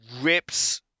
rips